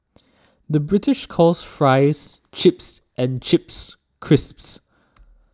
the British calls Fries Chips and Chips Crisps